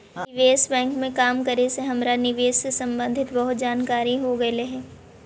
निवेश बैंक में काम करे से हमरा निवेश से संबंधित बहुत जानकारियाँ हो गईलई हे